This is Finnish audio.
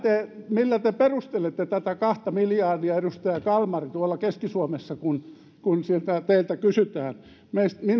millä te perustelette tätä kahta miljardia edustaja kalmari tuolla keski suomessa kun kun siellä teiltä kysytään meistä